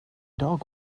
dog